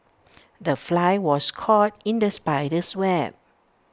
the fly was caught in the spider's web